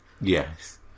Yes